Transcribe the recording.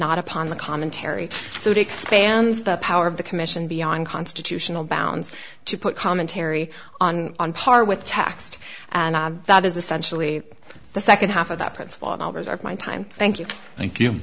not upon the commentary so it expands the power of the commission beyond constitutional bounds to put commentary on on par with text and that is essentially the second half of that principle and i'll reserve my time thank you thank you